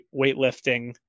weightlifting